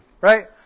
right